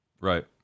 Right